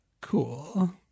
cool